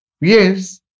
Yes